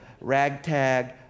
ragtag